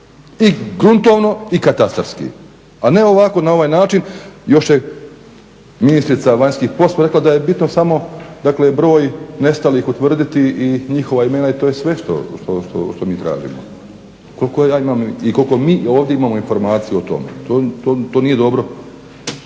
i gruntovno i katastarski. A ne ovako na ovaj način. Još je ministrica vanjskih poslova rekla da je bitno samo broj nestalih utvrditi i njihova imena i to je sve što mi tražimo. Koliko ja imam, i koliko mi ovdje imamo informaciju o tome, to nije dobro.